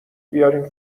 بیارین